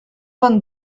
vingt